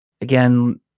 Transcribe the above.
again